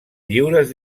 lliures